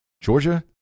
Georgia